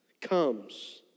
comes